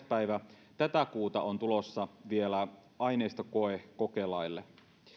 päivä tätä kuuta on tulossa vielä aineistokoe kokelaille